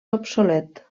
obsolet